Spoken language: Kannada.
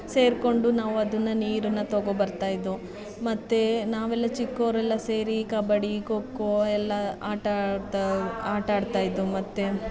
ಸೇರಿಕೊಂಡು ನಾವು ಅದನ್ನು ನೀರನ್ನು ತಗೊ ಬರ್ತಾಯಿದ್ವು ಮತ್ತು ನಾವೆಲ್ಲ ಚಿಕ್ಕವರೆಲ್ಲ ಸೇರಿ ಕಬಡ್ಡಿ ಕೊಕ್ಕೋ ಎಲ್ಲ ಆಟ ಆಡ್ತಾ ಆಟ ಆಡ್ತಾ ಇದ್ವು ಮತ್ತು